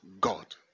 God